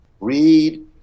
read